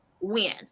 wins